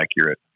accurate